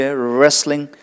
wrestling